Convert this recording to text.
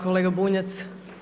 Kolega Bunjac.